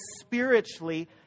spiritually